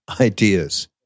ideas